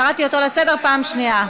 קראתי אותו לסדר פעם שנייה.